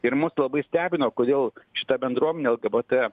ir mus labai stebino kodėl šita bendruomenė lgbt